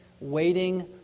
waiting